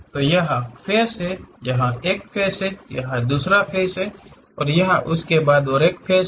तो यहाँ फ़ेस हैं यह एक फ़ेस है यह दूसरा फ़ेस है और यह उसके बाद का फ़ेस है